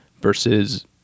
versus